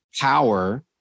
power